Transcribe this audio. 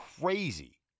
crazy